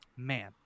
Man